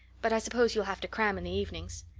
but i suppose you'll have to cram in the evenings.